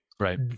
Right